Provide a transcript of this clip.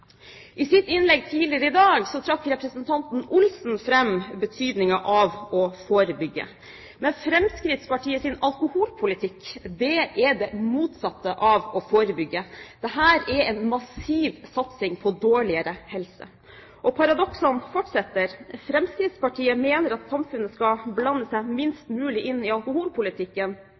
I sitt innlegg tidligere i dag trakk representanten Per Arne Olsen fram betydningen av å forebygge. Men Fremskrittspartiets alkoholpolitikk er den motsatte av å forebygge, det er en massiv satsing på dårligere helse. Og paradoksene fortsetter: Fremskrittspartiet mener at samfunnet skal blande seg minst mulig inn i alkoholpolitikken,